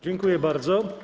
Dziękuję bardzo.